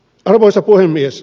arvoisa puhemies